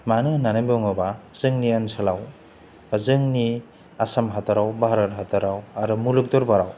मानो होननानै बुङोबा जोंनि ओनसोलाव जोंनि आसाम हादराव भारत हादराव आरो मुलुग दरबाराव